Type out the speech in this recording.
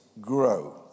grow